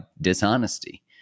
dishonesty